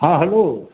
हॅं हेलो